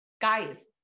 guys